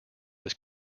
this